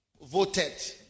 voted